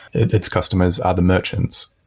its customers are the merchants.